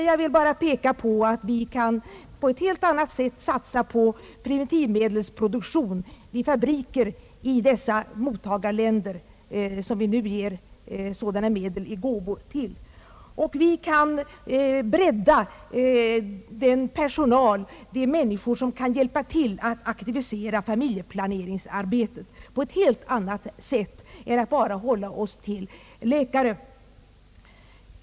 Jag vill bara framhålla att vi på ett helt annat sätt bör kunna satsa på preventivmedelsproduktion vid fabriker i de mottagarländer som vi nu ger sådana medel i form av gåvor. Vi kan också bredda den personal som vill hjälpa till att aktivisera familjeplaneringsarbetet. Vi skall inte bara hålla oss till läkare.